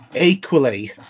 equally